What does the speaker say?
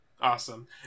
Awesome